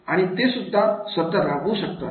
आणि ते स्वतः राबवू शकतात